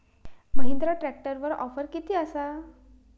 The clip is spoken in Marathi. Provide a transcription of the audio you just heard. महिंद्रा ट्रॅकटरवर ऑफर किती आसा?